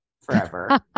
forever